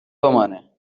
بمانه